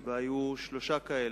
והיו שלושה כאלה.